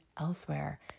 elsewhere